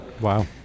Wow